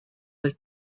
was